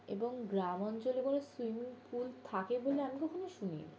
এবং গ্রাম অঞ্চলে কোনো সুইমিং পুল থাকে বলে আমি কখনও শুনিনি